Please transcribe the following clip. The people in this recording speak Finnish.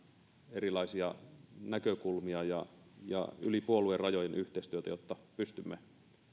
erilaisia näkökulmia ja ja yli puoluerajojen yhteistyötä jotta pystymme